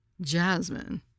Jasmine